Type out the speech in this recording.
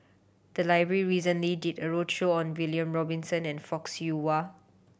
the library recently did a roadshow on William Robinson and Fock Siew Wah